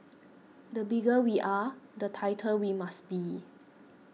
the bigger we are the tighter we must be